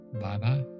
Bye-bye